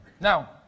Now